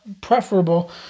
preferable